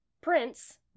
prince